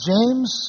James